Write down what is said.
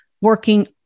working